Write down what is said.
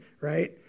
right